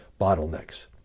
bottlenecks